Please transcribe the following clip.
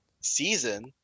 season